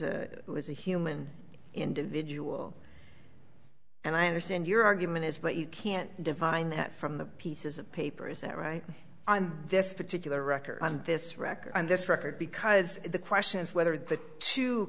a it was a human individual and i understand your argument is but you can't divine that from the pieces of paper is that right on this particular record and this record and this record because the question is whether the two